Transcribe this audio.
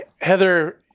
heather